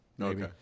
Okay